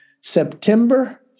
September